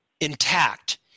intact